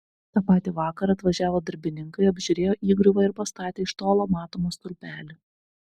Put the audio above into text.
tą patį vakarą atvažiavo darbininkai apžiūrėjo įgriuvą ir pastatė iš tolo matomą stulpelį